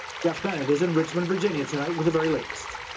jeff bennett is in richmond, virginia, tonight with the very latest.